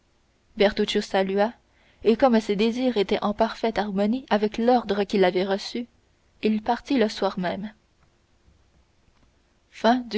salua et comme ses désirs étaient en parfaite harmonie avec l'ordre qu'il avait reçu il partit le soir même